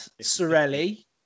Sorelli